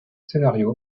scénario